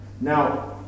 Now